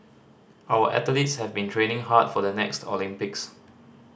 our athletes have been training hard for the next Olympics